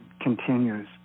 continues